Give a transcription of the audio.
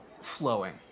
flowing